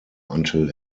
until